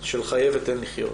של חייה ותן לחיו.